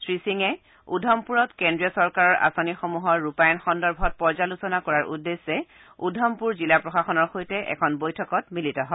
শ্ৰীসিঙে উধমপুৰত কেন্দ্ৰীয় চৰকাৰৰ আঁচনিসমূহৰ ৰূপায়ন সন্দৰ্ভত পৰ্যালোচনা কৰাৰ উদ্দেশ্যে উধমপুৰ জিলা প্ৰশাসনৰ সৈতে এখন বৈঠকত মিলিত হয়